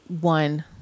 one